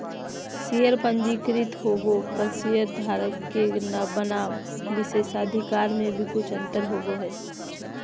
share पंजीकृत होबो पर शेयरधारक के बनाम विशेषाधिकार में भी कुछ अंतर होबो हइ